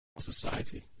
society